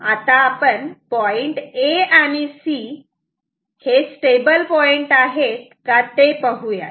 आता आपण point A आणि C हे स्टेबल पॉईन्ट आहेत का ते पाहूयात